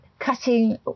cutting